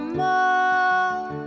more